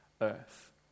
earth